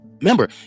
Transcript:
remember